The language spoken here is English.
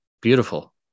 Beautiful